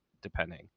depending